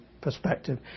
perspective